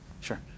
sure